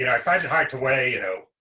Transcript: you know i find it hard to way, you know,